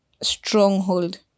stronghold